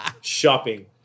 shopping